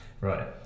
Right